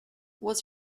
was